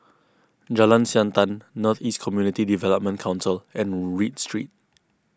Jalan Siantan North East Community Development Council and Read Street